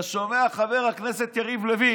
אתה שומע, חבר הכנסת יריב לוין?